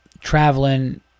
traveling